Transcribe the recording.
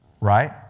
Right